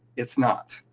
it's not.